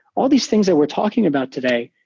all these things they we're talking about today,